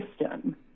system